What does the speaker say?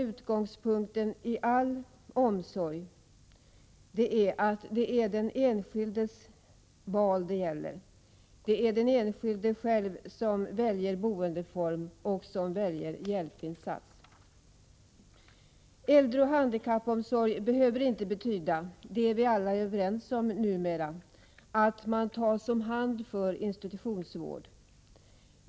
Utgångspunkten måste i all omsorgsverksamhet vara att det är den enskilde själv som skall välja boendeform och hjälpinsats. Äldreoch handikappomsorg behöver inte betyda — det är vi alla numera överens om — att man tas om hand för institutionsvård.